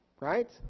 Right